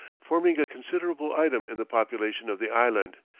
forming a considerable item in the population of the island,